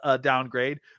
downgrade